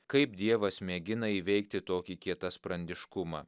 kaip dievas mėgina įveikti tokį kietasprandiškumą